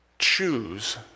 Choose